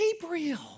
Gabriel